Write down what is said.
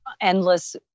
endless